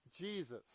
Jesus